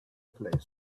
place